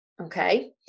okay